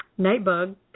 Nightbug